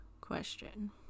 question